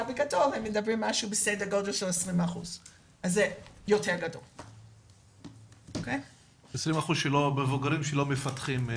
הכללית מדובר על סדר גודל של 20%. 20% מהמבוגרים שלא מפתחים.